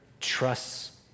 trusts